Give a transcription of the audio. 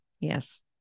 Yes